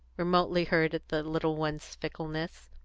remotely hurt at the little one's fickleness.